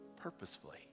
purposefully